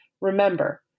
Remember